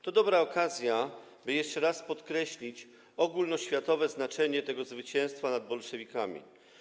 To dobra okazja, aby jeszcze raz podkreślić ogólnoświatowe znaczenie tego zwycięstwa nad bolszewikami.